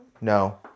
No